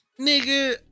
nigga